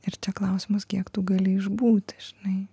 ir čia klausimas kiek tu gali išbūti žinai